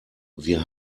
wir